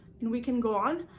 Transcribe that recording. and we can go on,